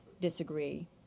disagree